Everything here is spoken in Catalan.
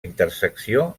intersecció